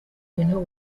bintu